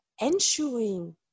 ensuring